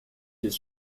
his